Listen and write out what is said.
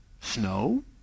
Snow